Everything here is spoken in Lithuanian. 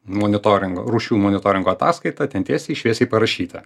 monitoringo rūšių monitoringo ataskaitą ten tiesiai šviesiai parašyta